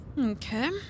Okay